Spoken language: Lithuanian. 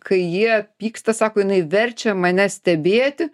kai jie pyksta sako jinai verčia mane stebėti